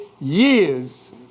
years